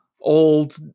old